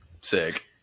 Sick